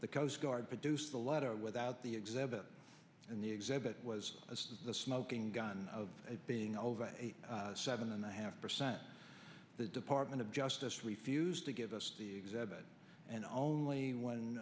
the coast guard produced a letter without the exhibit and the exhibit was as a smoking gun of being over eighty seven and i have percent the department of justice refused to give us the exhibit and only when